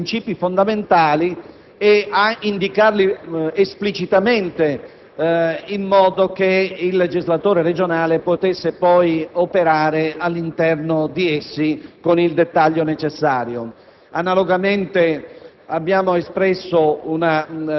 a declinare i princìpi fondamentali e a indicarli esplicitamente, in modo che il legislatore regionale potesse poi operare all'interno di essi con il dettaglio necessario.